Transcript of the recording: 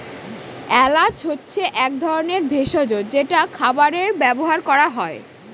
এলাচ হচ্ছে এক ধরনের ভেষজ যেটা খাবারে ব্যবহার করা হয়